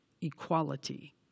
equality